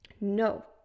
no